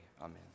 amen